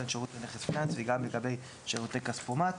רישיון בנכס פיננסי וגם לגבי שירותי כספומט,